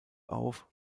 auf